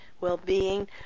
well-being